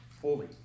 fully